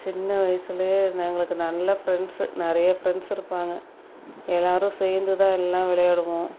சின்ன வயசுலேயே ந எங்களுக்கு நல்ல ஃப்ரெண்ட்ஸு நிறைய ஃப்ரெண்ட்ஸ் இருப்பாங்க எல்லோரும் சேர்ந்து தான் எல்லாம் விளையாடுவோம்